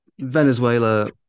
Venezuela